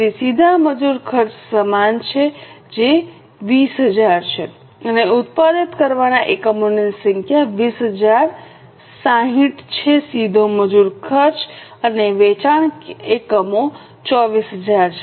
તેથી સીધા મજૂર ખર્ચ સમાન છે જે 20000 છે અને ઉત્પાદિત કરવાના એકમોની સંખ્યા 20000 60 છે સીધો મજૂર ખર્ચ છે અને વેચાણ એકમો 24000 છે